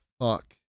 fuck